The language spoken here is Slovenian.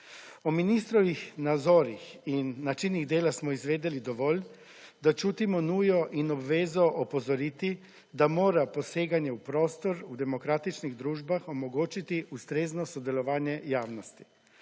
O ministrovih nazorih in načinih dela smo izvedeli dovolj, da čutimo nujo in obvezo opozoriti, da mora poseganje v prostor v demokratičnih družbah omogočiti ustrezno sodelovanje javnosti.